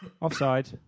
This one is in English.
Offside